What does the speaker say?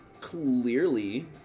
Clearly